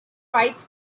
rights